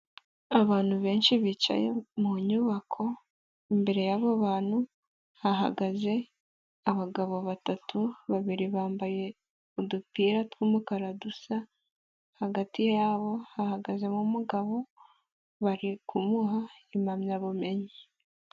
Abantu benshi bicaye mu nyubako, imbere yabo bantu hahagaze abagabo batatu, babiri bambaye udupira tw'umukara dusa, hagati yabo hahagaze mu mugabo bari kumuha impamyabumenyi.